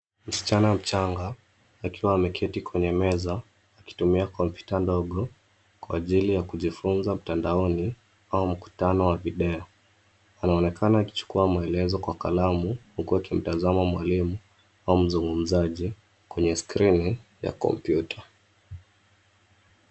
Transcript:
Msichana mchanga, akiwa ameketi kwenye meza, akitumia kompyuta ndogo kwa ajili ya kujifunza mtandaoni au mkutano wa video. Anaonekana akichukuwa maelezo kwa kalamu, huku akimtazama mwalimu au mzungumzaji kwa skrini ya kompyuta.